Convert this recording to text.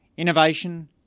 Innovation